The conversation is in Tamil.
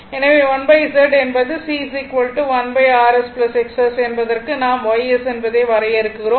எனவே 1 Z என்பது C1rs XS என்பதற்கு நாம் Y S என்பதை வரையறுக்கிறோம்